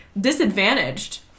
disadvantaged